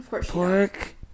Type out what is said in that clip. pork